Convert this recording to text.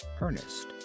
Ernest